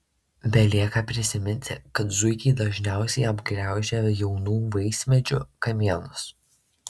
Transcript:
belieka prisiminti kad zuikiai dažniausiai apgraužia jaunų vaismedžių kamienus